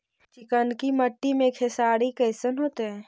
चिकनकी मट्टी मे खेसारी कैसन होतै?